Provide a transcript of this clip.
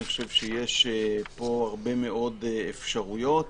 אני חושב שיש פה הרבה מאוד אפשרויות